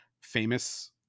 famous